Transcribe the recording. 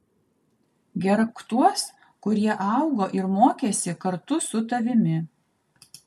gerbk tuos kurie augo ir mokėsi kartu su tavimi